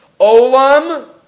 Olam